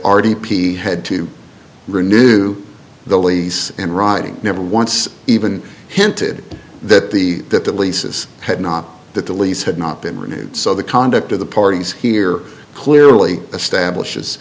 p had to renew the lease and riding never once even hinted that the that the leases had not that the lease had not been renewed so the conduct of the parties here clearly establishes